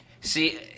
See